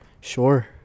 sure